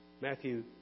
Matthew